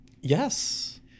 Yes